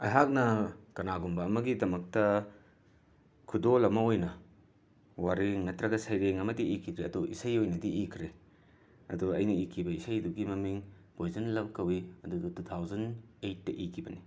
ꯑꯩꯍꯥꯛꯅ ꯀꯅꯥꯒꯨꯝꯕ ꯑꯃꯒꯤꯗꯃꯛꯇ ꯈꯨꯗꯣꯜ ꯑꯃ ꯑꯣꯏꯅ ꯋꯥꯔꯦꯡ ꯅꯠꯇ꯭ꯔꯒ ꯁꯩꯔꯦꯡ ꯑꯃꯠꯇ ꯏꯈꯤꯗ꯭ꯔꯦ ꯑꯗꯣ ꯏꯁꯩ ꯑꯣꯏꯅꯗꯤ ꯏꯈ꯭ꯔꯦ ꯑꯗꯣ ꯑꯩꯅ ꯏꯈꯤꯕ ꯏꯁꯩ ꯑꯗꯨꯒꯤ ꯃꯃꯤꯡ ꯄꯣꯏꯖꯟ ꯂꯕ ꯀꯧꯏ ꯑꯗꯨꯗꯣ ꯇꯨ ꯊꯥꯎꯖꯟ ꯑꯩꯠꯇ ꯏꯈꯤꯕꯅꯤ